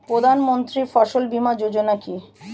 প্রধানমন্ত্রী ফসল বীমা যোজনা কি?